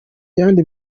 yandi